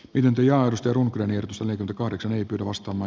ydintä ja arvostelun menetys oli kahdeksan perustama